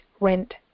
rent